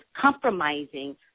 compromising